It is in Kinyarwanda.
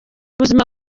buzima